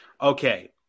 Okay